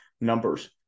numbers